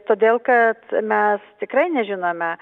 todėl kad mes tikrai nežinome